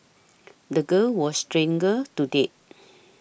the girl was strangled to death